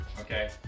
okay